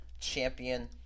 champion